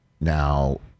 now